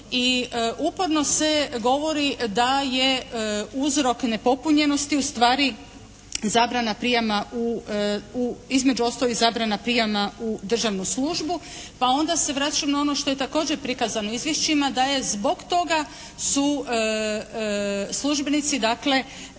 I uporno se govori da je uzrok nepopunjenosti ustvari zabrana prijama, između ostaloga i zabrana prijama u državnu službi pa onda se vraćam na ono što je također prikazano u izvješćima da je zbog toga su službenici dakle